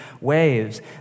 waves